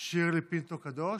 שירלי פינטו קדוש,